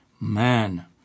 man